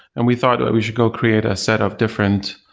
and we thought that we should go create a set of different